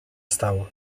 stało